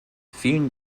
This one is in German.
vielen